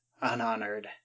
unhonored